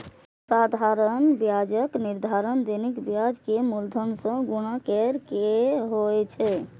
साधारण ब्याजक निर्धारण दैनिक ब्याज कें मूलधन सं गुणा कैर के होइ छै